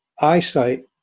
eyesight